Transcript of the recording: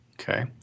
Okay